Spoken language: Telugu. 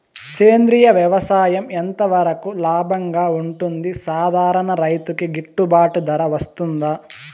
సేంద్రియ వ్యవసాయం ఎంత వరకు లాభంగా ఉంటుంది, సాధారణ రైతుకు గిట్టుబాటు ధర వస్తుందా?